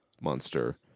Monster